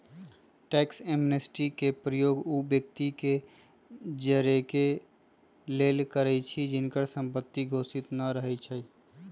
tax amnesty के प्रयोग उ व्यक्ति के जोरेके लेल करइछि जिनकर संपत्ति घोषित न रहै छइ